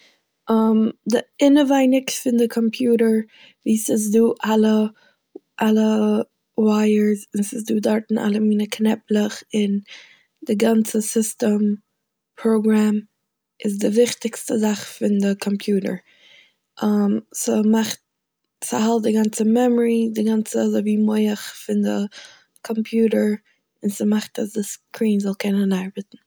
די אינעווייניג פון די קאמפיוטער ווי ס'איז דא אלע- אלע ווייערס, און ס'איז דא דארט אלע מינע קנעפלעך און די גאנצע סיסטעם, פראגרעם איז די וויטיגסטע זאך פון די קאמפיוטער, ס'מאכט- ס'האלט די גאנצע מעמארי, די גאנצע אזוי ווי מח פון די קאמפיוטער און ס'מאכט אז די סקרין זאל קענען ארבעטן.